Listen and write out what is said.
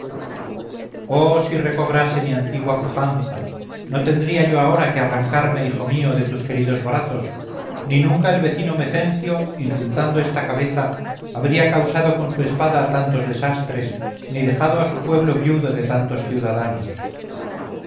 si recobrase mi antigua pujanza no tendría yo ahora que arrancarme hijo mío de tus queridos brazos ni nunca el vecino mecencio insultando esta cabeza habría causado con su espada tantos desastres ni dejado a su pueblo viudo de tantos ciudadanos